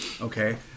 okay